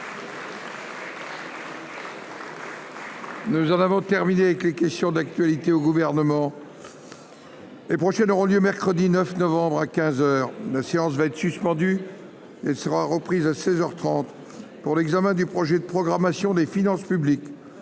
Nous en avons terminé avec les questions d'actualité au gouvernement. Les prochaines auront lieu mercredi 9 novembre à 15 heures la séance va être suspendu, elle sera reprise à 16 heures 30 pour l'examen du projet de programmation des finances publiques